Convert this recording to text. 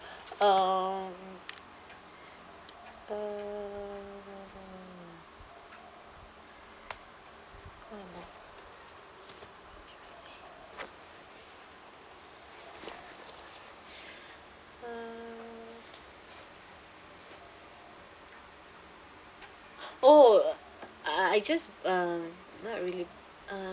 um uh oh I just uh not really uh